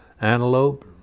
antelope